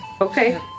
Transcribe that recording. Okay